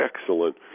excellent